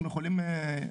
אנחנו יכולים,